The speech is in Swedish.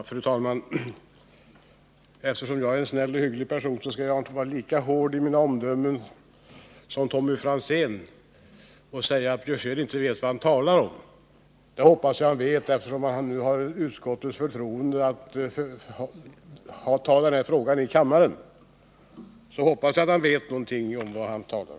Fru talman! Eftersom jag är en snäll och hygglig person skall jag inte vara lika hård i mina omdömen som Tommy Franzén var och säga att Karl Björzén inte vet vad han talar om. Det hoppas jag att han vet, eftersom han nu har utskottets förtroende att vara talesman i denna fråga.